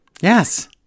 Yes